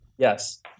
Yes